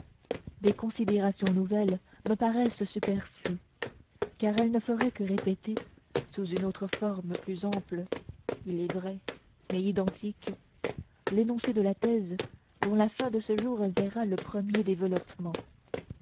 des considérations nouvelles me paraissent superflues car elles ne feraient que répéter sous une autre forme plus ample il est vrai mais identique l'énoncé de la thèse dont la fin de ce jour verra le premier développement